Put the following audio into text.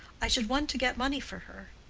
i should want to get money for her.